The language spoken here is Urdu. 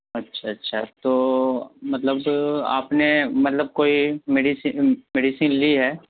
اچھا اچھا تو مطلب آپ نے مطلب کوئی میڈیسن لی ہے